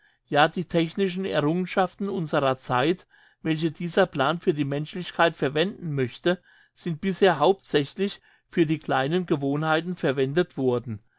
ja die technischen errungenschaften unserer zeit welche dieser plan für die menschlichkeit verwenden möchte sind bisher hauptsächlich für die kleinen gewohnheiten verwendet worden